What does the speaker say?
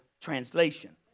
translation